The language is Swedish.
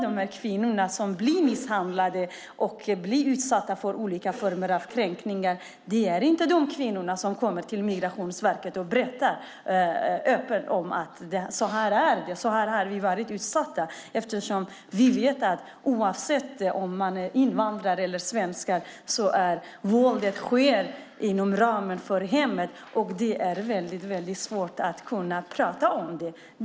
De kvinnor som blir misshandlade och utsatta för olika former av kränkningar kommer inte till Migrationsverket och berättar öppet vad de blivit utsatta för. Vi vet att oavsett om det gäller invandrare eller svenskar sker våldet inom ramen för hemmet, och det är mycket svårt att tala om det.